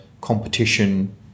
competition